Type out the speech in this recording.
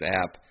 app